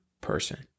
person